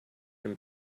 him